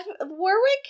Warwick